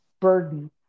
burden